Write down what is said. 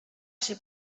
się